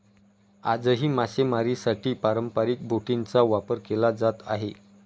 आजही मासेमारीसाठी पारंपरिक बोटींचा वापर केला जात आहे